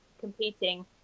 competing